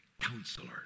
counselor